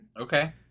Okay